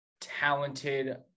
talented